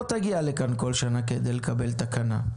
לא תגיע לכאן כל שנה כדי לקבל תקנה.